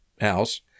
house